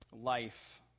life